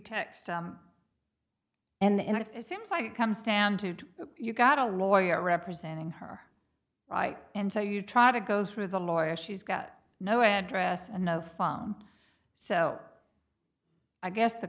t and if it seems like it comes down to you got a lawyer representing her right and so you try to go through the lawyer she's got no address and no phone so i guess the